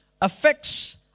affects